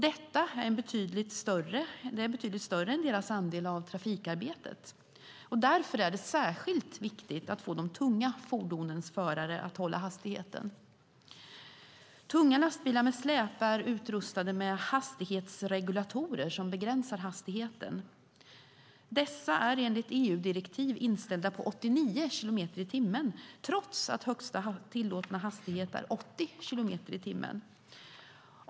Det är betydligt mer än deras andel av trafikarbetet. Därför är det särskilt viktigt att få de tunga fordonens förare att hålla hastigheten. Tunga lastbilar med släp är utrustade med hastighetsregulatorer som begränsar hastigheten. Dessa är enligt EU-direktiv inställda på 89 kilometer i timmen trots att högsta tillåtna hastighet är 80 kilometer i timmen.